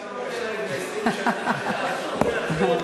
ההבטחות הריקות מתוכן של הממשלה לפתרון מצוקת הדיור.